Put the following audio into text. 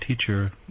teacher